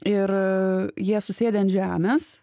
ir jie susėdę ant žemės